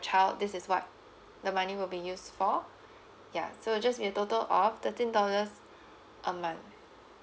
child this is what the money will be used for ya so just a total of thirteen dollars a month